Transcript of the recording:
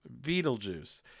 Beetlejuice